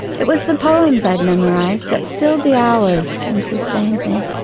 it was the poems i'd memorised that filled the hours and sustained me.